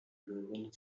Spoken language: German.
löwen